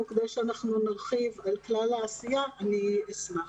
כדי שאנחנו נרחיב על כלל העשייה אני אשמח.